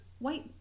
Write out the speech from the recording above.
white